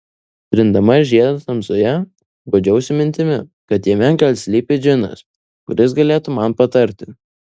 trindama žiedą tamsoje guodžiausi mintimi kad jame gal slypi džinas kuris galėtų man patarti